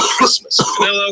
Christmas